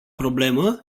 problemă